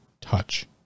touch